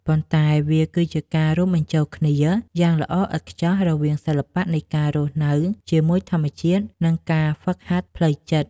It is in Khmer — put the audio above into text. ប៉ុន្តែវាគឺជាការរួមបញ្ចូលគ្នាយ៉ាងល្អឥតខ្ចោះរវាង សិល្បៈនៃការរស់នៅជាមួយធម្មជាតិ និង ការហ្វឹកហាត់ផ្លូវចិត្ត។